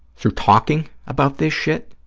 through talking about this shit,